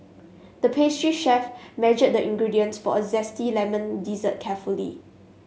the pastry chef measured the ingredients for a zesty lemon dessert carefully